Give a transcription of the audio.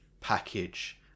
package